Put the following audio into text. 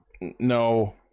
No